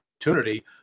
opportunity